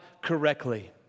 correctly